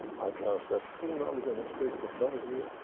i transferred full knowledge on the space technology,